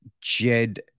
Jed